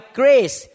grace